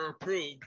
approved